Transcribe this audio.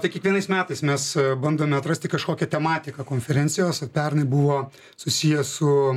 tai kiekvienais metais mes bandome atrasti kažkokią tematiką konferencijos pernai buvo susiję su